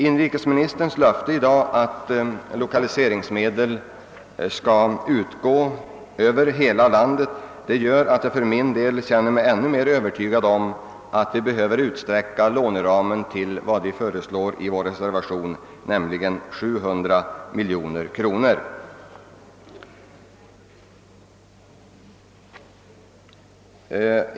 Inrikesministerns löfte i dag att 1okaliseringsmedel skall utgå över hela landet gör att jag känner mig ännu mer övertygad om att vi behöver utsträcka låneramen till det belopp som vi från mittenpartierna föreslår i vår reserva tion, nämligen 700 miljoner kronor, intill dess riksdagen behandlar frågan på nytt nästa år.